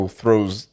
throws